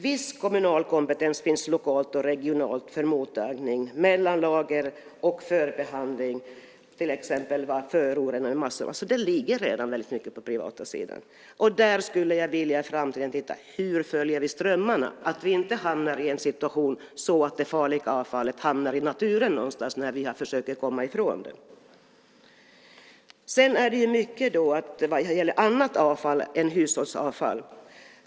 Viss kommunal kompetens finns lokalt och regionalt för mottagning, mellanlager och förbehandling, till exempel av förorenade massor. Det ligger redan rätt mycket på den privata sidan. Där skulle jag i framtiden vilja titta närmare på hur vi följer materialströmmarna så att vi inte hamnar i en situation där det farliga avfallet hamnar i naturen någonstans när vi försöker komma ifrån det. Mycket handlar om annat avfall än hushållsavfall.